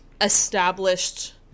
established